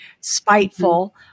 spiteful